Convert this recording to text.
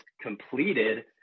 completed